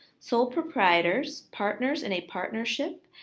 sole proprietors, partners in a partnership,